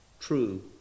true